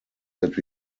that